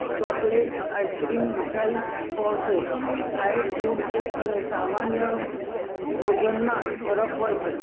chocolate ice cream મીઠાઇ હોય છે ડાયટ ફૂડ એ અને સામાન્ય ભોજનમાં ફરક હોય છે